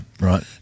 right